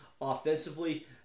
offensively